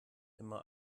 immer